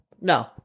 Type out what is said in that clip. No